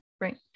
Right